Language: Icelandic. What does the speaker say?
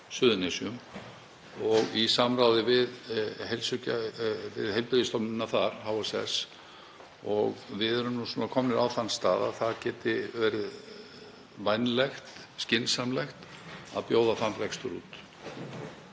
Suðurnesjum og í samráði við heilbrigðisstofnunina þar, HSS. Við erum komin á þann stað að það geti verið vænlegt og skynsamlegt að bjóða þann rekstur út.